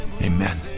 Amen